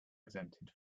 exempted